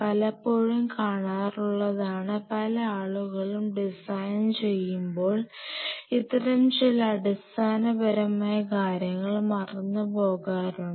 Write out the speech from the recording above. പലപ്പോഴും കാണാറുള്ളതാണ് പല ആളുകളും ഡിസൈൻ ചെയ്യുമ്പോൾ ഇത്തരം ചില അടിസ്ഥാനപരമായ കാര്യങ്ങൾ മറന്നു പോകാറുണ്ട്